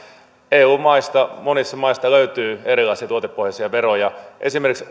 eu maista monista maista löytyy erilaisia tuotepohjaisia veroja esimerkiksi